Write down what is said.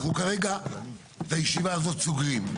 אנחנו כרגע את הישיבה הזאת סוגרים.